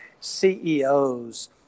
CEOs